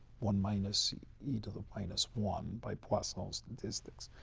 one minus e e to the minus one by plus all statistics.